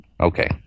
Okay